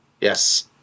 Yes